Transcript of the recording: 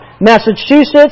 Massachusetts